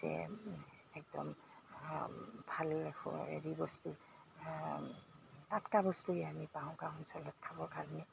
যে একদম ভালে ৰাখো হেৰি বস্তু টাটকা বস্তুৱেই আমি পাওঁ গাঁও অঞ্চলত খাব কাৰণে